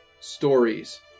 stories